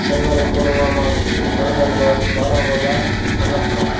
Srinagar Pulwama Ganderbal Baramulla Anant Nag